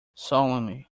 solemnly